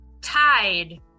Tide